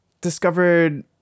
discovered